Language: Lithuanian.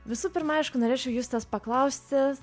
visų pirma aišku norėčiau justės paklausti